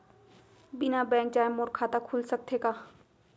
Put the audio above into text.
बिना बैंक जाए मोर खाता खुल सकथे का?